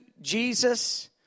Jesus